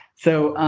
so,